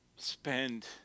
spend